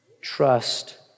Trust